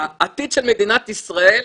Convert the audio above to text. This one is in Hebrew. העתיד של מדינת ישראל,